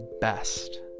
best